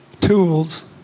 tools